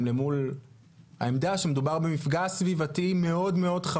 למול העמדה שמדובר במפגע סביבתי חמור מאוד,